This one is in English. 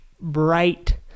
bright